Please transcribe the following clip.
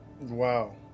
Wow